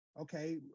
Okay